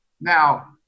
Now